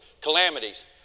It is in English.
calamities